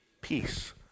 peace